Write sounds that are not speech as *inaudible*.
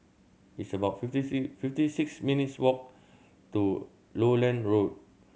it's about *unintelligible* fifty six minutes' walk to Lowland Road